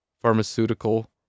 pharmaceutical